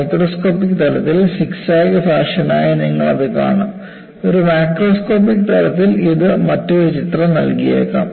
microscopic തലത്തിൽ zigzag ഫാഷനായി നിങ്ങൾ അത് കാണും ഒരു മാക്രോസ്കോപ്പിക് തലത്തിൽ ഇത് മറ്റൊരു ചിത്രം നൽകിയേക്കാം